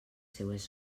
seues